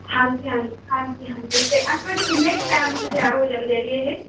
ਹਾਂਜੀ ਹਾਂਜੀ ਹਾਂਜੀ ਹਾਂਜੀ ਅਤੇ ਅੰਕਲ ਜੀ ਕਿੰਨੇ ਕੁ ਟਾਈਮ 'ਚ ਤਿਆਰ ਹੋ ਜਾਂਦੇ ਆ ਜੀ ਇਹ